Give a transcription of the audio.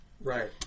Right